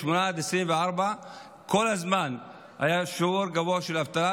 18 24 כל הזמן היה שיעור גבוה של אבטלה,